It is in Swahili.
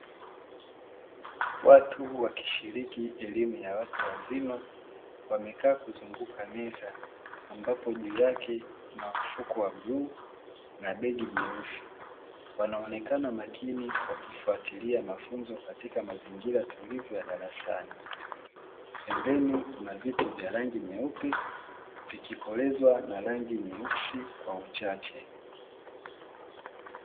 Watu wakishiriki elimu ya watu wazima, wamekaa kuzunguka meza ambayo juu yake kuna mfuko wa bluu na begi jeusi. Wanaonekana makini wakifwatilia mafunzo katika mazingira tulivu ya darasani. Pembeni kuna viti vya rangi nyeupe vikikolezwa na rangi nyeusi kwa uchache.